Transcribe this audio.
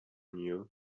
knew